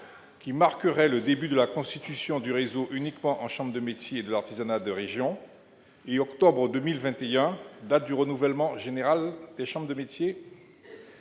date du début de la constitution du réseau uniquement en chambres de métiers et de l'artisanat de région, et octobre 2021, date du renouvellement général de ces chambres. Il